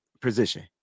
position